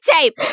tape